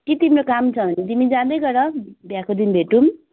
कि तिम्रो काम छ भने तिमी जाँदै गर बिहाको दिन भेटौँ